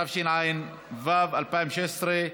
התשע"ח 2017,